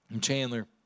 Chandler